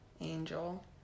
angel